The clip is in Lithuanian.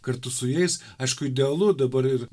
kartu su jais aišku idealu dabar ir